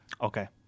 Okay